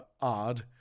odd